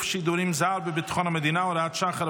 שידורים זר בביטחון המדינה (הוראת שעה,